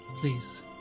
Please